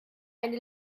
eine